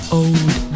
old